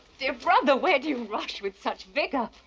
dear brother, where do you rush with such vigor?